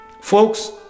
Folks